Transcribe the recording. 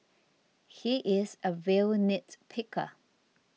he is a real nitpicker